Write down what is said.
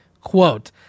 Quote